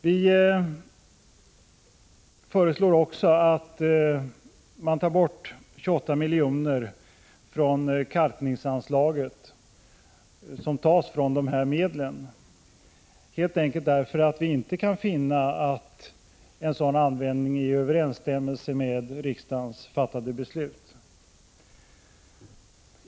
Vi föreslår också att man tar bort 28 milj.kr. från kalkningsanslaget, som tas från dessa medel, helt enkelt därför att vi inte kan finna att en sådan användning står i överensstämmelse med riksdagens fattade beslut.